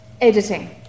editing